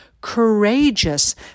Courageous